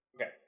Okay